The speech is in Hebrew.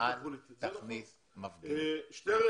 זה מושג שאני